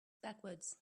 backwards